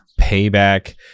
Payback